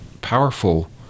powerful